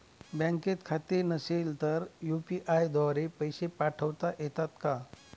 बँकेत खाते नसेल तर यू.पी.आय द्वारे पैसे पाठवता येतात का?